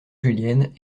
julienne